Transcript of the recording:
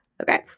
Okay